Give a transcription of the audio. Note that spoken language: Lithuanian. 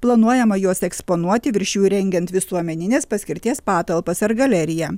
planuojama juos eksponuoti virš jų įrengiant visuomeninės paskirties patalpas ar galeriją